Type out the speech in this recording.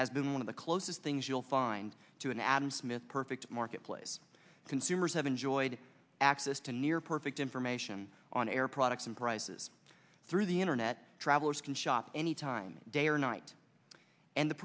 has been one of the closest things you'll find to an adam smith perfect marketplace consumers have enjoyed access to near perfect information on air products and prices through the internet travelers can shop anytime day or night and the